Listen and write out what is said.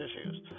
issues